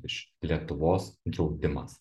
iš lietuvos draudimas